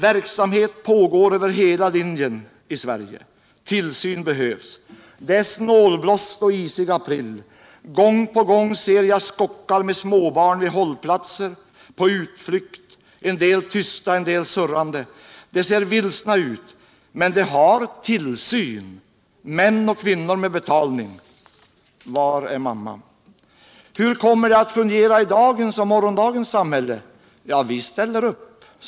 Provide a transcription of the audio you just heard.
Verksamhet pågår över hela linjen i Sverige. Tillsyn behövs. Det är snålblåst och isig april. Gång på gång ser jag skockar med småbarn vid hållplatser, på utflykt — en del tysta, en del surrande. De ser vilsna ut. Men de har tillsyn, män och kvinnor med betalning. Var är mamma? Hur kommer barnen att fungera i dagens och morgondagens samhälle? Vi ställer upp.